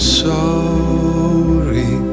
sorry